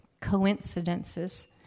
coincidences